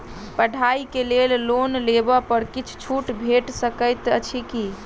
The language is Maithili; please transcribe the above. पढ़ाई केँ लेल लोन लेबऽ पर किछ छुट भैट सकैत अछि की?